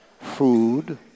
food